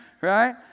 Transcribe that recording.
right